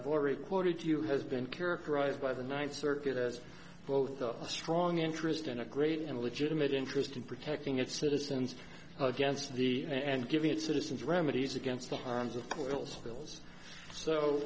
i've already quoted to you has been characterized by the ninth circuit as both a strong interest in a great and legitimate interest in protecting its citizens against the and giving its citizens remedies against the arms of little spills so